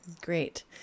Great